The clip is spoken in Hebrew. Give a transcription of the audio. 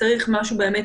צריך מענה